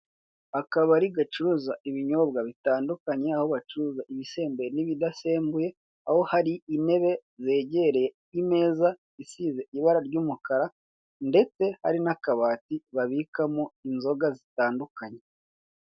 Akabari gacuruza ibinyobwa bitandukanye aho bacuruza ibisembuye n'ibidasembuye, aho hari intebe zegereye imeza isize ibara ry'umukara ndetse hari n'akabati babikamo inzoga zitandukanye.